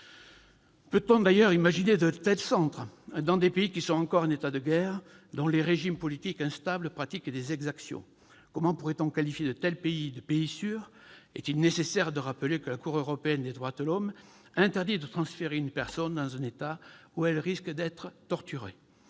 Peut-on imaginer de tels centres dans des pays qui sont encore en état de guerre ou dont les régimes politiques instables pratiquent des exactions ? Comment pourrait-on qualifier de tels pays de « pays sûrs »? Est-il nécessaire de rappeler que la Cour européenne des droits de l'homme interdit de transférer une personne dans un État où elle risque d'être torturée ?